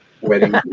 wedding